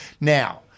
Now